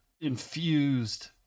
infused